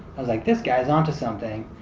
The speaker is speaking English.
i was like, this guys onto something.